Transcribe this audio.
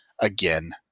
again